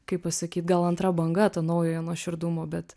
kaip pasakyt gal antra banga to naujojo nuoširdumo bet